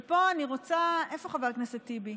ופה, איפה חבר הכנסת טיבי?